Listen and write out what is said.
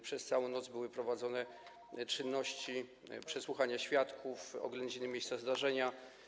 Przez całą noc były prowadzone czynności, przesłuchania świadków, oględziny miejsca zdarzenia.